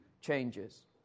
changes